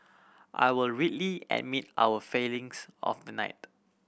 I would readily admit our failings of the night